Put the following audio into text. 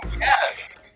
Yes